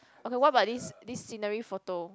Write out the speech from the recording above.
okay what about this this scenery photo